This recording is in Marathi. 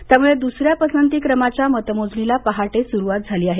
त्यामुळे दुसऱ्या पसंतीक्रमाच्या मतमोजणीला पहाटे सुरुवात झाली आहे